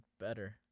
better